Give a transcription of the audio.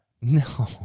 No